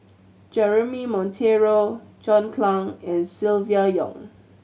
Jeremy Monteiro John Clang and Silvia Yong